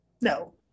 no